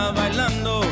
bailando